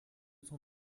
son